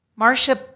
Marsha